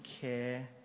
care